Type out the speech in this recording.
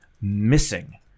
missing